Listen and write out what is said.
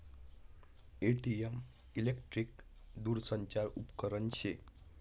ATM electric दूरसंचार उपकरन शे